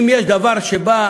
אם יש דבר שבא